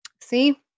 See